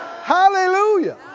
Hallelujah